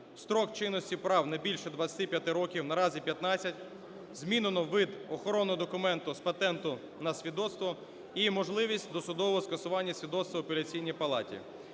строк чинності прав не більше 25 років, наразі 15; змінено вид охоронного документу з патенту на свідоцтво і можливість досудового скасування свідоцтва в Апеляційній палаті.